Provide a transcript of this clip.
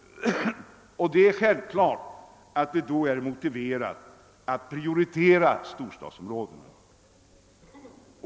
Det är självklart att det då är motiverat att prioritera storstadsområdena.